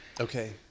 Okay